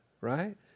Right